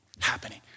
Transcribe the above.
happening